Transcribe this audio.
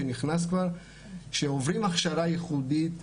שעוברים הכשרה ייעודית,